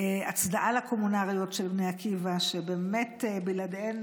הצדעה לקומונרית של בני עקיבא שבלעדיהן